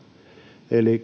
eli